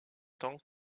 temps